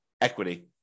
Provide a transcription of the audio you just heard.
equity